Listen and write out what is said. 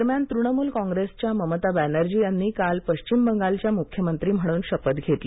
दरम्यानतृणमूल काँग्रेसच्या ममता बॅनर्जी यांनी काल पश्चिम बंगालच्या मुख्यमंत्री म्हणून शपथ घेतली